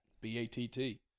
B-A-T-T